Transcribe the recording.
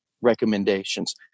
recommendations